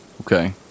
Okay